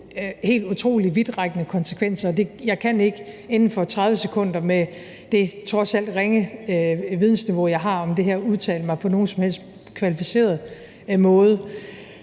helt utrolig vidtrækkende konsekvenser, og jeg kan ikke inden for 30 sekunder med det trods alt ringe vidensniveau, jeg har om det her, udtale mig på nogen som helst kvalificeret måde.